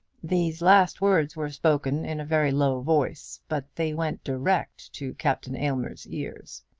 these last words were spoken in a very low voice, but they went direct to captain aylmer's ears.